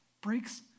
Breaks